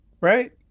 right